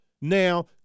Now